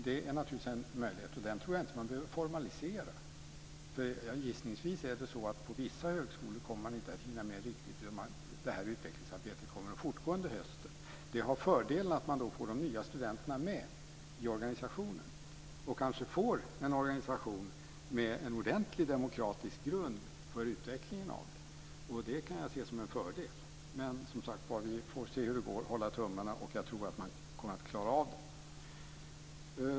Det är naturligtvis en möjlighet. Den tror jag inte att man behöver formalisera. Gissningsvis är det så att på vissa högskolor kommer man inte att hinna med riktigt, utan utvecklingsarbetet kommer att fortgå under hösten. Det har den fördelen att man får de nya studenterna med i organisationen. Man kanske får en organisation med en ordentlig demokratisk grund för utvecklingen. Det kan jag se som en fördel. Men, som sagt var, vi får se hur det går och hålla tummarna. Jag tror att man kommer att klara av det.